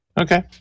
okay